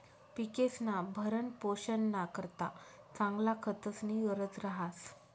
पिकेस्ना भरणपोषणना करता चांगला खतस्नी गरज रहास